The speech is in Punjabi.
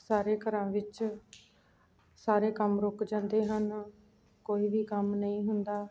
ਸਾਰੇ ਘਰਾਂ ਵਿੱਚ ਸਾਰੇ ਕੰਮ ਰੁੱਕ ਜਾਂਦੇ ਹਨ ਕੋਈ ਵੀ ਕੰਮ ਨਹੀਂ ਹੁੰਦਾ